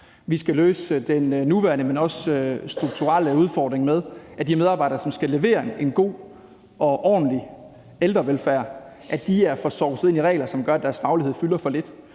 Vi skal løse den nuværende, men også strukturelle udfordring med, at de medarbejdere, som skal levere en god og ordentlig ældrevelfærd, er for sovset ind i regler, som gør, at deres faglighed fylder for lidt.